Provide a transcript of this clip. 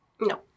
No